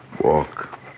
Walk